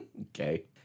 Okay